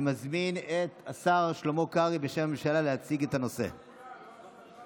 אני מזמין את השר שלמה קרעי להציג את הנושא בשם הממשלה.